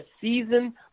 season